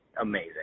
amazing